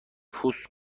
پوست